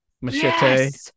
Machete